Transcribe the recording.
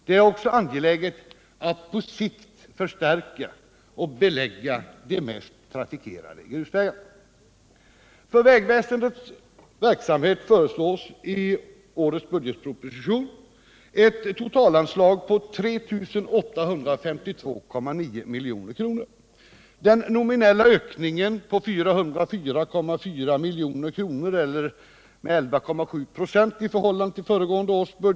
Det är också angeläget att på sikt förstärka och belägga de mest trafikerade grusvägarna.